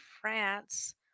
France